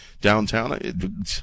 downtown